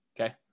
okay